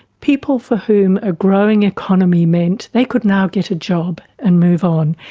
people for whom a growing economy meant they could now get a job and move on,